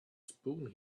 spoon